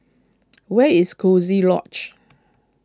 where is Coziee Lodge